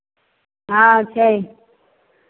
हँ छै